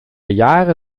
jahre